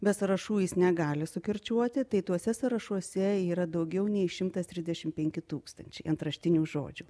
be sąrašų jis negali sukirčiuoti tai tuose sąrašuose yra daugiau nei šimtas trisdešimt penki tūkstančiai antraštinių žodžių